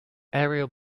ariel